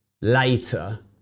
later